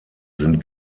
sind